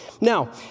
Now